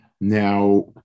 Now